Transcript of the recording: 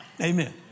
Amen